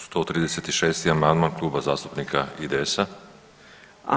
136. amandman Kluba zastupnika IDS-a.